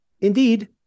indeed